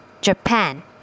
Japan